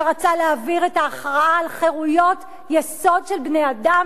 שרצה להעביר את ההכרעה על חירויות יסוד של בני-אדם